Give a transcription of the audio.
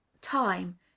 time